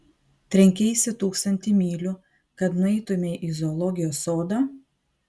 trenkeisi tūkstantį mylių kad nueitumei į zoologijos sodą